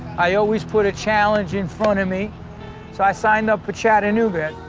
i always put a challenge in front of me. so i signed up for chattanooga.